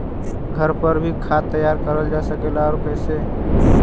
घर पर भी खाद तैयार करल जा सकेला और कैसे?